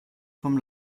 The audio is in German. vom